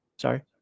Sorry